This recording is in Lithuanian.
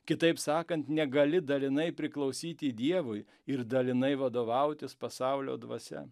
kitaip sakant negali dalinai priklausyti dievui ir dalinai vadovautis pasaulio dvasia